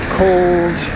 cold